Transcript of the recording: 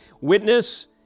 witness